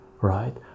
right